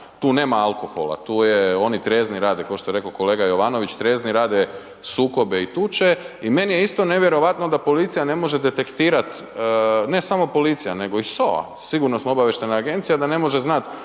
tu nema alkohola, tu je, oni trijezni rade košto je reko kolega Jovanović, trijezni rade sukobe i tuče i meni je isto nevjerojatno da policija ne može detektirat ne samo policija, nego i SOA, Sigurnosno obavještajna agencija da ne može znat